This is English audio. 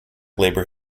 labor